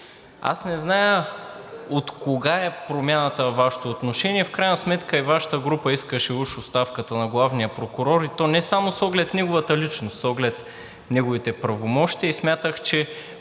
Аз не зная откога е промяната във Вашето отношение – в крайна сметка и Вашата група искаше уж оставката на главния прокурор, и то не само с оглед неговата личност, с оглед неговите правомощия. Смятах, че